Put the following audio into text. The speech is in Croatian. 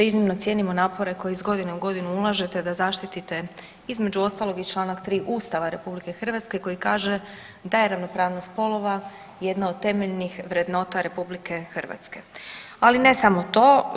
Iznimno cijenimo napore koje iz godine u godinu ulažete da zaštitite između ostalog i čl. 3. Ustava RH koji kaže da je ravnopravnost spolova jedna od temeljnih vrednota RH, ali ne samo to.